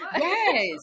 Yes